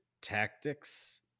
Tactics